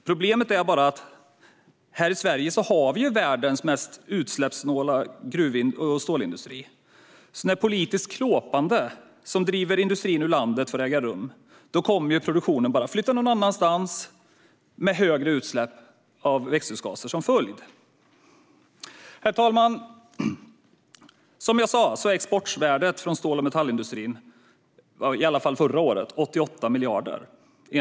Problemet är bara att Sverige har världens mest utsläppssnåla gruv och stålindustri, så när politiskt klåpande som driver industrin ut ur landet får äga rum kommer produktionen bara att flytta någon annanstans med högre utsläpp av växthusgaser som följd. Herr talman! Som jag sa var exportvärdet från stål och metallindustrin förra året, enligt SCB, 88 miljarder.